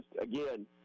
again